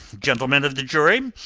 gentlemen of the jury,